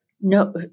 no